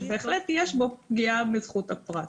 שבהחלט יש בו פגיעה בזכות הפרט.